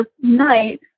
night